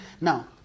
Now